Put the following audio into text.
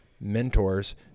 mentors